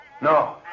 No